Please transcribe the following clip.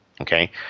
okay